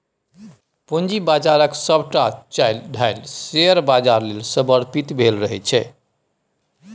पूंजी बाजारक सभटा चालि ढालि शेयर बाजार लेल समर्पित भेल रहैत छै